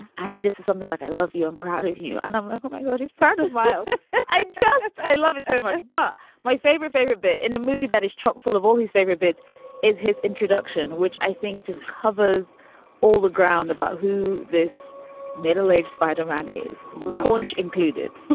and he just is something like, i love you. i'm proud of you. and i'm like, oh, my god is part of life i just i love it so much but my favorite, favorite bit in a movie that is chock full of all his favorite bits is his introduction, which i think just covers all the ground about who this middle aged spider man is. cornish included